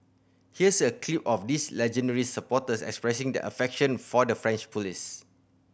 here's a clip of these legendary supporters expressing their affection for the French police